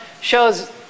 shows